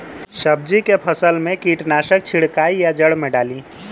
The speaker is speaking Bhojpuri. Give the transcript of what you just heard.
सब्जी के फसल मे कीटनाशक छिड़काई या जड़ मे डाली?